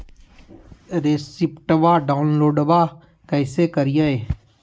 रेसिप्टबा डाउनलोडबा कैसे करिए?